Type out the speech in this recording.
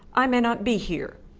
i may not be here.